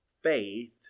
Faith